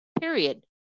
Period